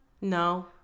No